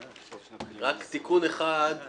רק תיקון אחד תומר,